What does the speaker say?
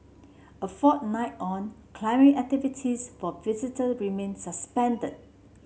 a fortnight on climbing activities for visitor remain suspended